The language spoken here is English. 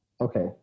Okay